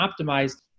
optimized